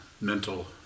mental